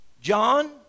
John